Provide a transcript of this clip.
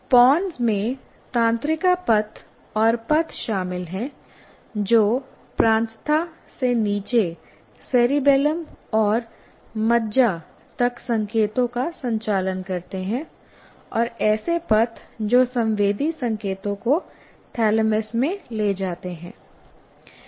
पोन्स में तंत्रिका पथ और पथ शामिल हैं जो प्रांतस्था से नीचे सेरिबैलम और मज्जा तक संकेतों का संचालन करते हैं और ऐसे पथ जो संवेदी संकेतों को थैलेमस में ले जाते हैं